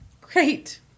Great